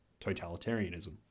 totalitarianism